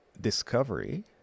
discovery